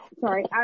sorry